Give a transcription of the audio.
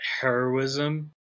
heroism